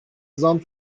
zam